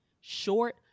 short